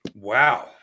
Wow